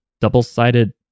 double-sided